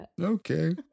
Okay